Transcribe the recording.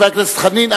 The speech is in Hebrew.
חבר הכנסת חנין.